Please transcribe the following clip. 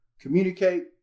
Communicate